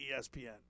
ESPN